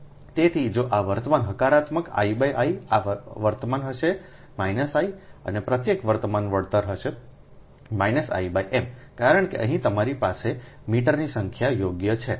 તેથી જો આ વર્તમાન હકારાત્મક I I આ વર્તમાન હશે I અને પ્રત્યેક વર્તમાન વળતર જે હશે I m કારણ કે અહીં તમારી પાસે મીટરની સંખ્યા યોગ્ય છે